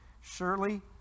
Surely